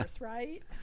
Right